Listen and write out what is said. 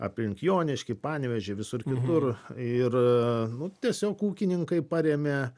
aplink joniškį panevėžį visur kitur ir nu tiesiog ūkininkai parėmė